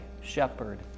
shepherd